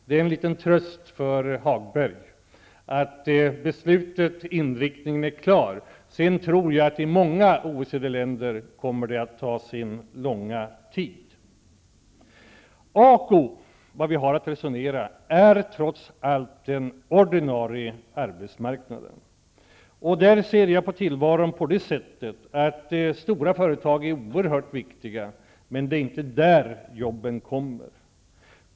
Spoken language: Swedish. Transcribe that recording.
Det är en liten tröst för Lars-Ove Hagberg att beslutets inriktning är klar. Men jag tror att det arbetet i många OECD-länder kommer att ta lång tid. Vad vi har att resonera om är trots allt den ordinarie arbetsmarknaden. I det avseendet ser jag på tillvaron på det sättet att stora företag är oerhört viktiga. Men det är inte där som jobben kommer till.